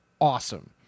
awesome